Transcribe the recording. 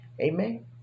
Amen